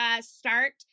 start